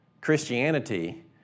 Christianity